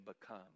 become